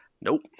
Nope